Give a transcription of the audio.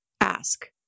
ask